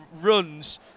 runs